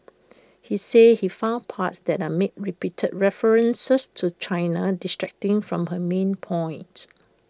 he says he found parts that made repeated references to China distracting from her main point